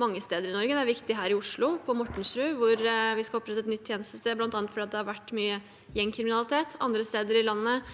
mange steder i Norge. Det er viktig her i Oslo, på Mortensrud, hvor vi skal opprette et nytt tjenestested, bl.a. fordi det har vært mye gjengkriminalitet. Andre steder i landet